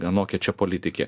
anokia čia politikė